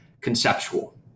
conceptual